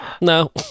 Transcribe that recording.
no